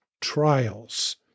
trials